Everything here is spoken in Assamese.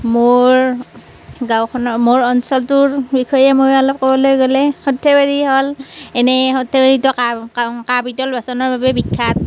মোৰ গাঁওখনৰ মোৰ অঞ্চলটোৰ বিষয়ে মই অলপ ক'বলৈ গ'লে সৰ্থেবাৰী হ'ল এনেই সৰ্থেবাৰীতো কাঁহ পিতল বাচনৰ বাবেই বিখ্যাত